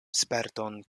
sperton